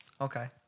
Okay